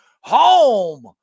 home